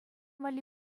валли